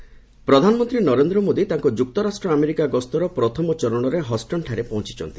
PM US visit ପ୍ରଧାନମନ୍ତ୍ରୀ ନରେନ୍ଦ୍ର ମୋଦି ତାଙ୍କ ଯୁକ୍ତରାଷ୍ଟ୍ର ଆମେରିକା ଗସ୍ତର ପ୍ରଥମ ଚରଣରେ ହଷ୍ଟନ୍ଠାରେ ପହଞ୍ଚୁଛନ୍ତି